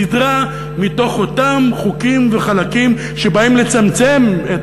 סדרה מתוך אותם חוקים וחלקים שבאים לצמצם את